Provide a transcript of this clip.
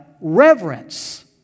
reverence